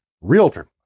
Realtor